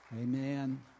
Amen